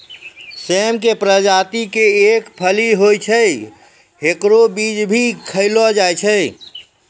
सेम के प्रजाति के एक फली होय छै, हेकरो बीज भी खैलो जाय छै